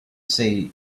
say